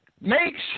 makes